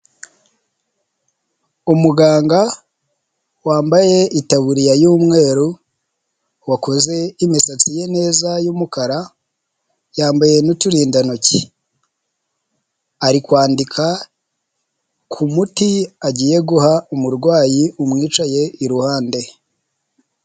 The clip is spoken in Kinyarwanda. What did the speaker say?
Umuganga wambaye itaburiya y'umweru wakoze imisatsi ye neza y'umukara yambaye n'uturindantoki, ari kwandika, ku muti agiye guha umurwayi umwicaye iruhande.